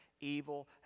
evil